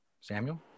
Samuel